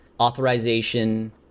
authorization